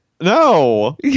No